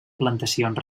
plantacions